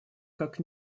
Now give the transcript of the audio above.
как